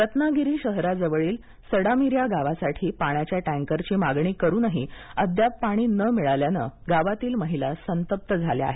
पाणी रत्नागिरी शहराजवळील सडामिऱ्या गावासाठी पाण्याच्या टँकरची मागणी करूनही अद्याप पाणी न मिळाल्याने गावातील महिला संतप्त झाल्या आहेत